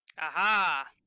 Aha